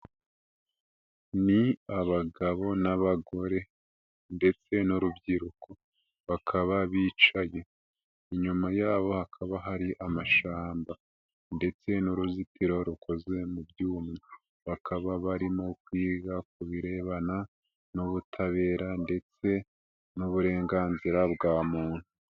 Ni abagabo n'abagore ndetse n'urubyiruko, bakaba bicaye, inyuma yabo hakaba hari amashamba ndetse n'uruzitiro rukozwe mu byuma, bakaba barimo kwiga ku birebana n'ubutabera ndetse n'uburenganzira bwa muntu.